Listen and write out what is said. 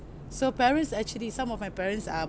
so parents actually some of my parents um